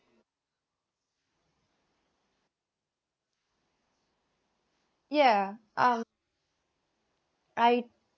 yeah um I